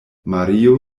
mario